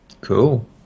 cool